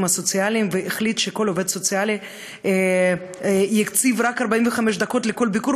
הסוציאליים והחליט שכל עובד סוציאלי יקציב רק 45 דקות לכל ביקור,